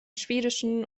schwedischen